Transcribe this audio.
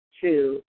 two